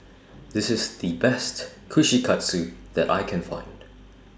This IS The Best Kushikatsu that I Can Find